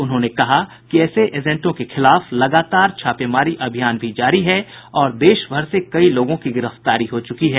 उन्होंने कहा कि ऐसे एजेंटों के खिलाफ लगातार छापेमारी अभियान भी जारी है और देश भर से कई लोगों की गिरफ्तारी हो चूकी है